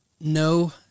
No